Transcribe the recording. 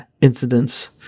incidents